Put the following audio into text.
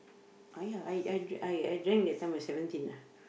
I ah I I drank that time when I seventeen ah